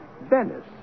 Venice